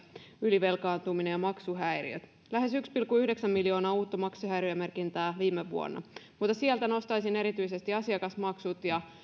ylivelkaantuminen ja maksuhäiriöt lähes yksi pilkku yhdeksän miljoonaa uutta maksuhäiriömerkintää viime vuonna sieltä nostaisin esille erityisesti asiakasmaksut ja